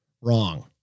Wrong